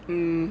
mmhmm